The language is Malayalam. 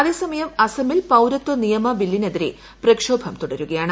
അതേസമയം അൻമീൽ പൌരത്വ നിയമ ബില്ലിനെതിരെ പ്രക്ഷോഭം തുടരുകയാണ്